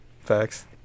Facts